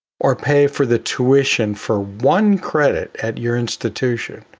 or pay for the tuition for one credit at your institution,